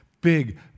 Big